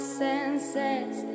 senses